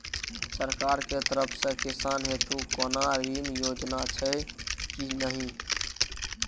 सरकार के तरफ से किसान हेतू कोना ऋण योजना छै कि नहिं?